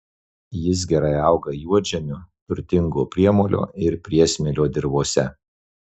jis gerai auga juodžemiu turtingo priemolio ir priesmėlio dirvose